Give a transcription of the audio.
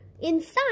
inside